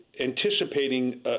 anticipating